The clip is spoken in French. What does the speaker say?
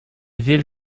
ville